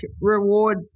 reward